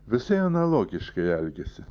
visai analogiškai elgiasi